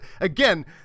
again